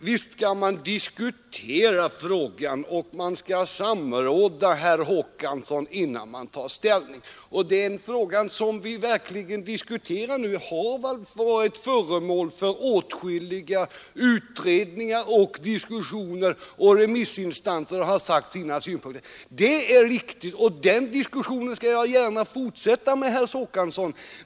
Visst skall man diskutera en fråga och samråda, herr Håkansson, innan man tar ställning. Den fråga vi nu debatterar har verkligen varit föremål för åtskilliga utredningar och diskussioner, och remissinstanserna har framfört sina synpunkter. Det är riktigt, och den diskussionen skall jag gärna fortsätta med, herr Håkansson.